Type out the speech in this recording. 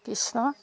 Krishna